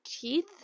teeth